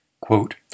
Quote